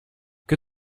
que